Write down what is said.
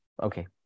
Okay